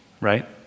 Right